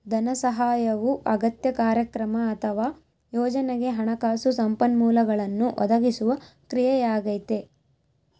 ಧನಸಹಾಯವು ಅಗತ್ಯ ಕಾರ್ಯಕ್ರಮ ಅಥವಾ ಯೋಜನೆಗೆ ಹಣಕಾಸು ಸಂಪನ್ಮೂಲಗಳನ್ನು ಒದಗಿಸುವ ಕ್ರಿಯೆಯಾಗೈತೆ